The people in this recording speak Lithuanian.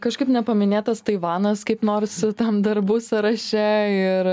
kažkaip nepaminėtas taivanas kaip nors tam dar bus sąraše ir